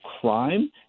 crime